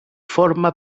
forma